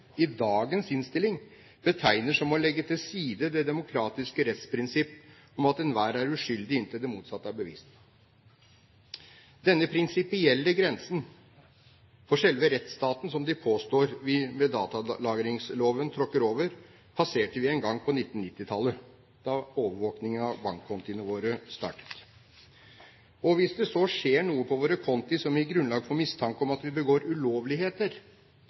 i dagens innstillinger betegner som «å legge det demokratiske rettsprinsippet om at enhver er uskyldig inntil det motsatte er bevist til side.» Denne prinsipielle grensen for selve rettsstaten, som de påstår at vi med datalagringsloven tråkker over, passerte vi en gang på 1990-tallet, da overvåkingen av bankkontiene våre startet. Hvis det så skjer noe på våre konti som gir grunnlag mistanke om at vi begår ulovligheter,